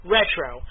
Retro